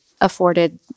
afforded